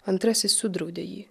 antrasis sudraudė jį